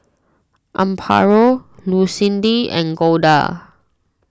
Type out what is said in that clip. Amparo Lucindy and Golda